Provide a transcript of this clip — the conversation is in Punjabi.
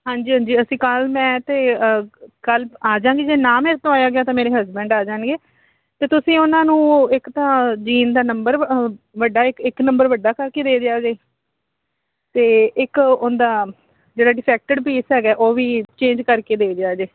ਹਾਂਜੀ ਹਾਂਜੀ ਅਸੀਂ ਕੱਲ੍ਹ ਮੈਂ ਤਾਂ ਕੱਲ੍ਹ ਆ ਜਾਵਾਂਗੀ ਜੇ ਨਾ ਮੇਰੇ ਤੋਂ ਆਇਆ ਗਿਆ ਤਾਂ ਮੇਰੇ ਹਸਬੈਂਡ ਆ ਜਾਣਗੇ ਅਤੇ ਤੁਸੀਂ ਉਹਨਾਂ ਨੂੰ ਇੱਕ ਤਾਂ ਜੀਨ ਦਾ ਨੰਬਰ ਵ ਵੱਡਾ ਇੱਕ ਇੱਕ ਨੰਬਰ ਵੱਡਾ ਕਰਕੇ ਦੇ ਦਿਓ ਜੇ ਅਤੇ ਇੱਕ ਉਹਦਾ ਜਿਹੜਾ ਡਿਫੈਕਟਡ ਪੀਸ ਹੈਗਾ ਉਹ ਵੀ ਚੇਂਜ ਕਰਕੇ ਦੇ ਦਿਓ ਜੇ